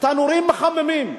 תנורי חימום,